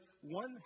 one